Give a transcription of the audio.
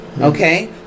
okay